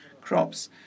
crops